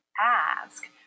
ask